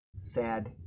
sad